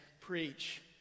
preach